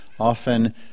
Often